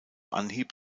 anhieb